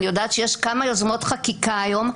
ואני יודעת שיש כמה יוזמות חקיקה היום,